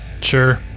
Sure